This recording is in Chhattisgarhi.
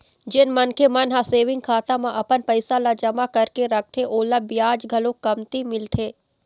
जेन मनखे मन ह सेविंग खाता म अपन पइसा ल जमा करके रखथे ओला बियाज घलोक कमती मिलथे